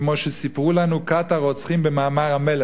כמו שסיפרו לנו כת הרוצחים במאמר המלך,